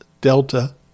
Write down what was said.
Delta